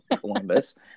Columbus